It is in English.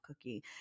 cookie